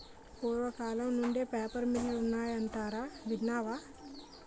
పూర్వకాలం నుండే పేపర్ మిల్లులు ఉన్నాయటరా ఇన్నావా